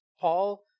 Paul